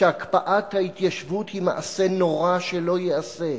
שהקפאת ההתיישבות היא מעשה נורא שלא ייעשה,